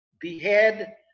Behead